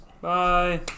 Bye